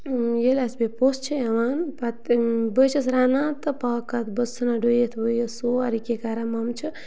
ییٚلہِ اَسہِ بیٚیہِ پوٚژھ چھُ یِوان پَتہٕ بٕے چھَس رَنان تہٕ پاکَتھ بہٕ چھَس ژھُنان ڈُوِتھ وُیِتھ سورُے کیٚنٛہہ کَران مۄمہٕ چھِ